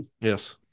Yes